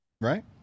Right